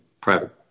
Private